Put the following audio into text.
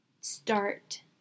start